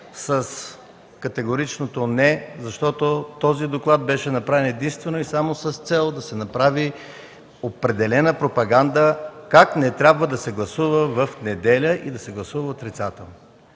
с категоричното „не”, защото този доклад беше направен единствено и само с цел да прави определена пропаганда как не трябва да се гласува в неделя и да се гласува отрицателно.